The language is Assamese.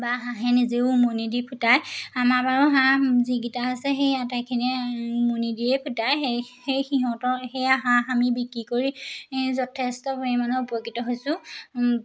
বা হাঁহে নিজেও উমনি দি ফুটায় আমাৰ বাৰু হাঁহ যিকেইটা আছে সেই আটাইখিনিয়ে উমনি দিয়ে ফুটায় সেই সেই সিহঁতৰ সেয়া হাঁহ আমি বিক্ৰী কৰি যথেষ্ট পৰিমাণে উপকৃত হৈছোঁ